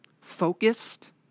focused